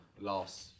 last